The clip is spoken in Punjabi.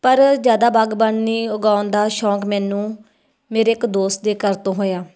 ਪਰ ਜ਼ਿਆਦਾ ਬਾਗਬਾਨੀ ਉਗਾਉਣ ਦਾ ਸ਼ੌਕ ਮੈਨੂੰ ਮੇਰੇ ਇੱਕ ਦੋਸਤ ਦੇ ਘਰ ਤੋਂ ਹੋਇਆ